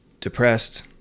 depressed